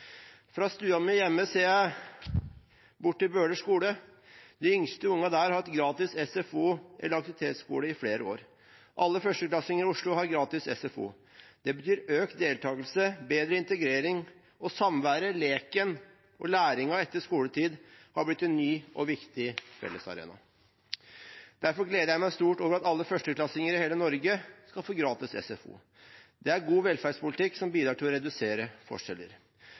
Fra stua mi hjemme ser jeg bort til Bøler skole. De yngste ungene der har hatt gratis SFO eller aktivitetsskole i flere år. Alle førsteklassinger i Oslo har gratis SFO. Det betyr økt deltakelse og bedre integrering, og samværet, leken og læringen etter skoletid har blitt en ny og viktig fellesarena. Derfor gleder jeg meg stort over at alle førsteklassinger i hele Norge skal få gratis SFO. Det er god velferdspolitikk som bidrar til å redusere forskjeller.